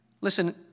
Listen